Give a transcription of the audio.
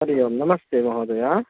हरिः ओम् नमस्ते महोदय